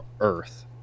earth